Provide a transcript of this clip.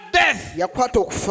death